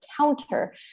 counter